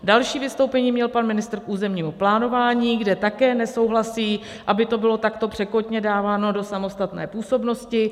Další vystoupení měl pan ministr k územnímu plánování, kde také nesouhlasí, aby to bylo takto překotně dáváno do samostatné působnosti.